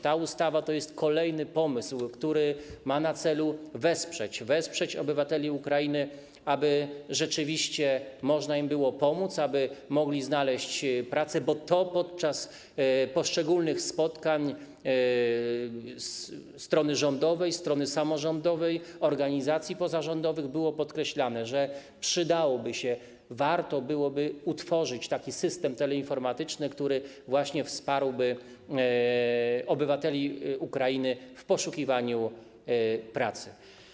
Ta ustawa to jest kolejny pomysł, który ma na celu wesprzeć obywateli Ukrainy, aby rzeczywiście można im było pomóc, aby mogli znaleźć pracę, bo to podczas poszczególnych spotkań strony rządowej, strony samorządowej, organizacji pozarządowych było podkreślane, że przydałoby się, warto byłoby utworzyć taki system teleinformatyczny, który właśnie wsparłby obywateli Ukrainy w poszukiwaniu pracy.